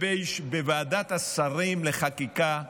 בוועדת השרים לחקיקה,